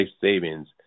savings